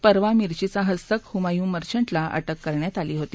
परवा मिर्चिचा हस्तक हुमायून मर्चटला अटक करण्यात आली होती